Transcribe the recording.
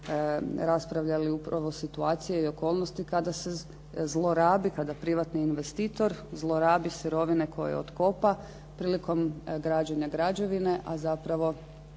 raspravljali upravo situacije i okolnosti kada se zlorabi, kada privatni investitor zlorabi sirovine koje otkopa prilikom građenja građevine a zapravo